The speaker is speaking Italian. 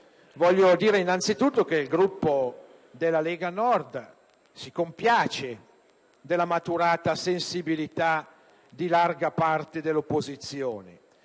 voglio dire innanzi tutto che il Gruppo Lega Nord si compiace della maturata sensibilità di larga parte dell'opposizione.